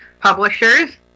publishers